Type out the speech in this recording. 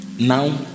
now